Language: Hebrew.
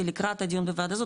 כי לקראת הדיון בוועדה הזאת,